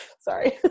sorry